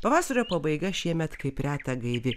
pavasario pabaiga šiemet kaip reta gaivi